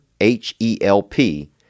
H-E-L-P